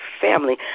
family